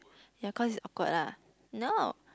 ya cause it's awkward lah no